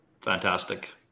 Fantastic